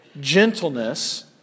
gentleness